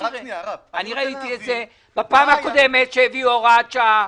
אני ראיתי את זה בפעם הקודמת כשהביאו הוראת שעה,